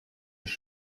mich